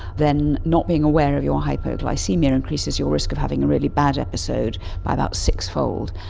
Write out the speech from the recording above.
then not being aware of your hypoglycaemia increases your risk of having a really bad episode by about sixfold.